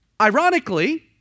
Ironically